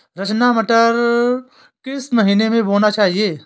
रचना मटर किस महीना में बोना चाहिए?